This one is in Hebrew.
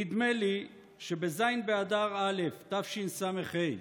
נדמה לי שבז' באדר א' תשס"ה,